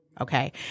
Okay